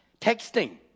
texting